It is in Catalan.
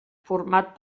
format